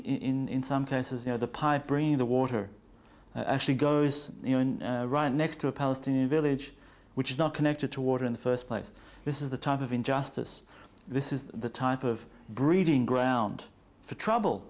or in some cases you know the pipe bringing the water actually goes right next to a palestinian village which is not connected to water in the first place this is the type of injustice this is the type of breeding ground for trouble